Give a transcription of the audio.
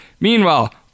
Meanwhile